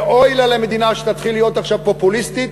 ואוי לה למדינה שתתחיל להיות עכשיו פופוליסטית,